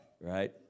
Right